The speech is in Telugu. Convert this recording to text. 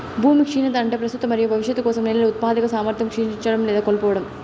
భూమి క్షీణత అంటే ప్రస్తుత మరియు భవిష్యత్తు కోసం నేలల ఉత్పాదక సామర్థ్యం క్షీణించడం లేదా కోల్పోవడం